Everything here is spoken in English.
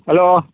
hello